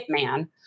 hitman